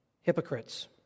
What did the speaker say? hypocrites